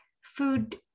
food